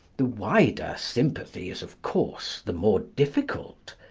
the wider sympathy is, of course, the more difficult.